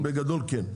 אמרת בגדול כן.